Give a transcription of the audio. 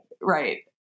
Right